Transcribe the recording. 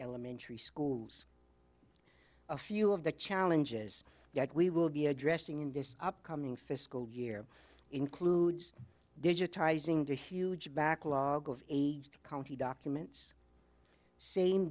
elementary schools a few of the challenges that we will be addressing in this upcoming fiscal year includes digitizing the huge backlog of county documents same